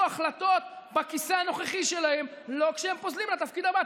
החלטות בכיסא הנוכחי שלהם לא כשהם פוזלים לתפקיד הבא.